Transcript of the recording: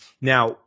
Now